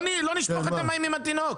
לא נשפוך את המים עם התינוק.